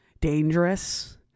dangerous